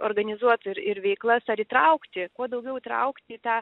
organizuot ir ir veiklas ar įtraukti kuo daugiau įtraukti į tą